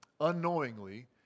Unknowingly